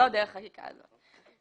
לא דרך החקיקה הזאת.